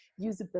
usability